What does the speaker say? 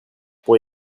pour